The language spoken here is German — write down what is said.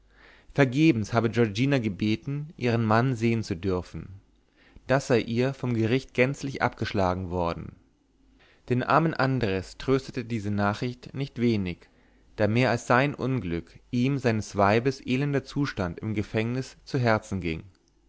vergebens habe giorgina gebeten ihren mann sehen zu dürfen das sei ihr vom gericht gänzlich abgeschlagen worden den armen andres tröstete diese nachricht nicht wenig da mehr als sein unglück ihm seines weibes elender zustand im gefängnis zu herzen ging